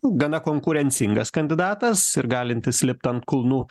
gana konkurencingas kandidatas ir galintis lipt ant kulnų